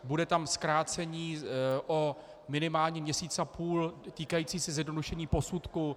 Bude tam zkrácení o minimálně měsíc a půl týkající se zjednodušení posudku.